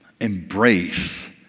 embrace